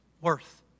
worth